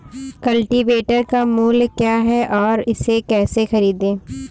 Cultivator का मूल्य क्या है और इसे कैसे खरीदें?